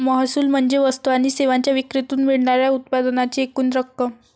महसूल म्हणजे वस्तू आणि सेवांच्या विक्रीतून मिळणार्या उत्पन्नाची एकूण रक्कम